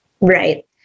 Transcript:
Right